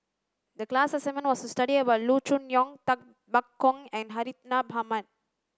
the class assignment was to study about Loo Choon Yong Tay Bak Koi and Hartinah Ahmad